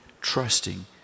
trusting